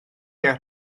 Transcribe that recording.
tuag